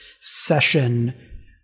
session